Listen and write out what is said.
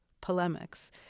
polemics